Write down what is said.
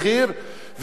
ואז מה הם עושים?